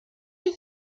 tous